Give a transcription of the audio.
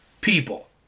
People